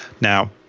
Now